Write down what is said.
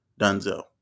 Dunzo